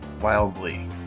wildly